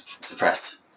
suppressed